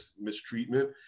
mistreatment